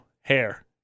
hair